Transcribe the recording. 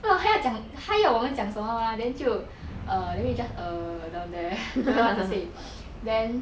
不懂他要讲他要我们讲什么嘛 then 就 err then we just err down there don't know what to say then